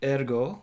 Ergo